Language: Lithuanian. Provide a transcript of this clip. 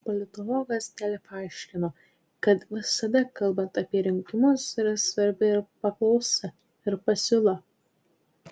politologas delfi aiškino kad visada kalbant apie rinkimus yra svarbi ir paklausa ir pasiūla